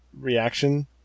reaction